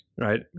right